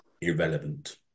irrelevant